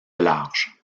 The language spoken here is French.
large